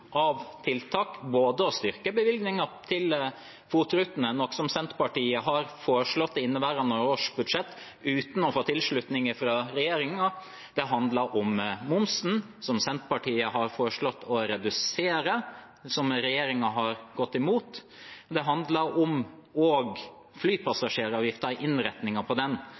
av tiltak – også å styrke bevilgningen til FOT-rutene, noe Senterpartiet har foreslått i inneværende års budsjett uten å få tilslutning fra regjeringen. Det handler om momsen, som Senterpartiet har foreslått å redusere, og som regjeringen har gått imot, og det handler om